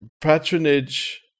patronage